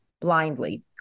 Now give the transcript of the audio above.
blindly